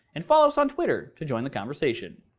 and follow us on twitter to join the conversation.